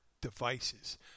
devices